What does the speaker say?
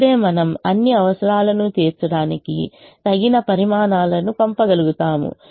అప్పుడే మనము అన్ని అవసరాలను తీర్చడానికి తగిన పరిమాణాలను పంపగలుగుతాము